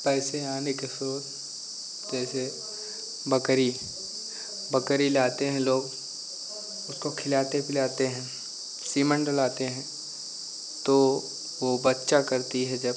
पैसे आने का स्रोत जैसे बकरी बकरी लाते हैं लोग उसको खिलाते पिलाते हैं सीमन डलाते हैं तो वह बच्चा करती है जब